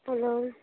hello